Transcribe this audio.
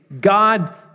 God